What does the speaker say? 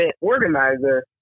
organizer